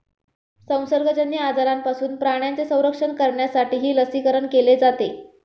संसर्गजन्य आजारांपासून प्राण्यांचे संरक्षण करण्यासाठीही लसीकरण केले जाते